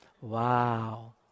Wow